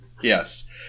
Yes